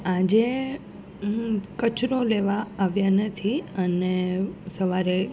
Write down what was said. આજે કચરો લેવા આવ્યા નથી અને સવારે